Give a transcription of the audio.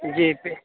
G pay